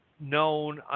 known